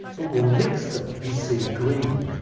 but will mix them and see green.